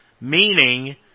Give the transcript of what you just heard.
meaning